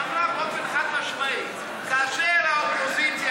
ואמרה באופן חד-משמעי: כאשר האופוזיציה